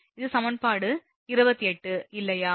இது சமன்பாடு 28 இல்லையா